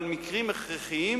אבל מקרים הכרחיים,